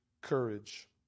courage